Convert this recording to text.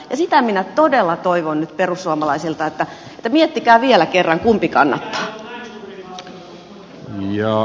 sitä minä todella toivon nyt perussuomalaisilta että miettikää vielä kerran kumpi kannattaa